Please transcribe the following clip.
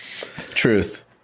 Truth